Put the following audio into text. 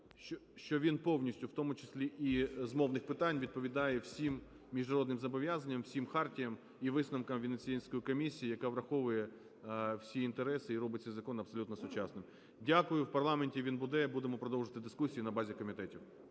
...що він повністю, в тому числі і з мовних питань, відповідає всім міжнародним зобов'язанням, всім хартіям, і висновкам Венеційської комісії, яка враховує всі інтереси і робить цей закон абсолютно сучасним. Дякую. В парламенті він буде і будемо продовжувати дискусії на базі комітетів.